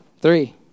three